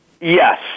Yes